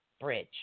Bridge